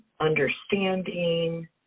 understanding